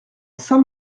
saint